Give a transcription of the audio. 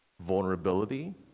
vulnerability